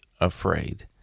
afraid